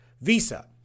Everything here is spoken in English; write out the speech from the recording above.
Visa